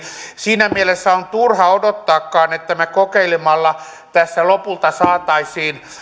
siinä mielessä on turha odottaakaan että me kokeilemalla tässä lopulta saisimme